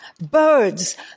Birds